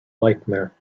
nightmare